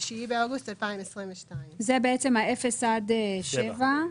9 באוגוסט 2022. זה 0 עד 7 קילומטרים.